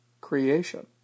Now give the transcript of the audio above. creation